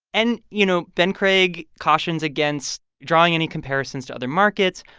and, you know, ben craig cautions against drawing any comparisons to other markets.